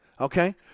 Okay